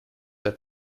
der